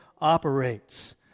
operates